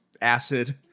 acid